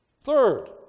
Third